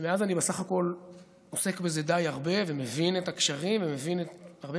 ומאז אני בסך הכול עוסק בזה די הרבה ומבין את הקשרים ומבין הרבה